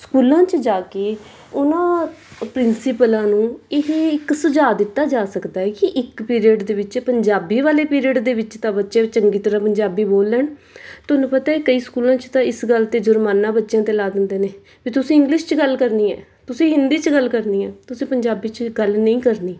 ਸਕੂਲਾਂ 'ਚ ਜਾ ਕੇ ਉਹਨਾਂ ਪ੍ਰਿੰਸੀਪਲਾਂ ਨੂੰ ਇਹ ਇੱਕ ਸੁਝਾਅ ਦਿੱਤਾ ਜਾ ਸਕਦਾ ਕਿ ਇੱਕ ਪੀਰੀਅਡ ਦੇ ਵਿੱਚ ਪੰਜਾਬੀ ਵਾਲੇ ਪੀਰੀਅਡ ਦੇ ਵਿੱਚ ਤਾਂ ਬੱਚੇ ਚੰਗੀ ਤਰ੍ਹਾਂ ਪੰਜਾਬੀ ਬੋਲ ਲੈਣ ਤੁਹਾਨੂੰ ਪਤਾ ਕਈ ਸਕੂਲਾਂ 'ਚ ਤਾਂ ਇਸ ਗੱਲ 'ਤੇ ਜ਼ੁਰਮਾਨਾ ਬੱਚਿਆਂ 'ਤੇ ਲਾ ਦਿੰਦੇ ਨੇ ਵੀ ਤੁਸੀਂ ਇੰਗਲਿਸ਼ 'ਚ ਗੱਲ ਕਰਨੀ ਹੈ ਤੁਸੀਂ ਹਿੰਦੀ 'ਚ ਗੱਲ ਕਰਨੀ ਹੈ ਤੁਸੀਂ ਪੰਜਾਬੀ 'ਚ ਗੱਲ ਨਹੀਂ ਕਰਨੀ